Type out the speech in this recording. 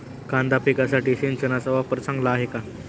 कांदा पिकासाठी सिंचनाचा वापर चांगला आहे का?